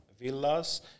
villas